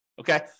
okay